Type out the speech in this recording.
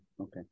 okay